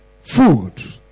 food